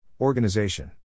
Organization